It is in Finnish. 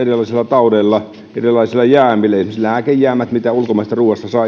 taudeilla erilaisilla jäämillä esimerkiksi lääkejäämillä mitä ulkomaisesta ruuasta